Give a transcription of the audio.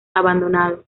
abandonado